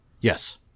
Yes